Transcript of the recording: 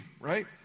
right